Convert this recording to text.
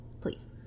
please